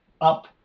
up